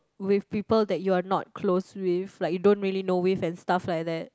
with people that you're not close with like you don't really know with and stuff like that